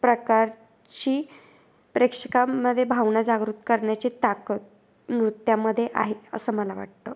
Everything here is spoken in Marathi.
प्रकारची प्रेक्षकाांमध्ये भावना जागृत करण्याचे ताकत नृत्यामध्ये आहे असं मला वाटतं